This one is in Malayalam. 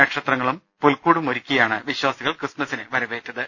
നക്ഷത്രങ്ങളും പുൽക്കൂടുമൊരു ക്കിയാണ് വിശ്വാസികൾ ക്രിസ്മസ്സിനെ വരവേറ്റത്